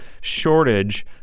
shortage